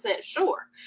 sure